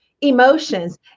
emotions